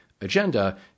agenda